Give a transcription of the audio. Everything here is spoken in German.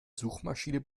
suchmaschiene